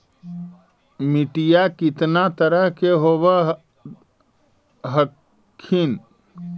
मिट्टीया कितना तरह के होब हखिन?